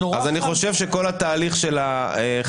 אז אני חושב שכל התהליך של החקיקה,